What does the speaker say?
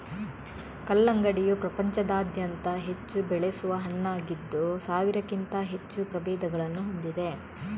ಕಲ್ಲಂಗಡಿಯು ಪ್ರಪಂಚಾದ್ಯಂತ ಹೆಚ್ಚು ಬೆಳೆಸುವ ಹಣ್ಣಾಗಿದ್ದು ಸಾವಿರಕ್ಕಿಂತ ಹೆಚ್ಚು ಪ್ರಭೇದಗಳನ್ನು ಹೊಂದಿದೆ